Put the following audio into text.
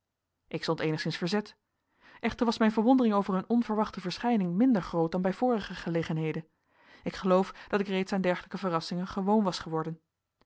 ik stond eenigszins verzet echter was mijn verwondering over hun onverwachte verschijning minder groot dan bij vorige gelegenheden ik geloof dat ik reeds aan dergelijke verrassingen gewoon was geworden